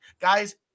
Guys